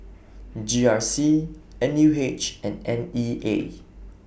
G R C N U H and N E A